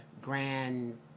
grand